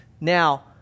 Now